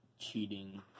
cheating